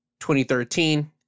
2013